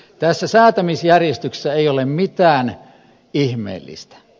tässä säätämisjärjestyksessä ei ole mitään ihmeellistä